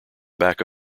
back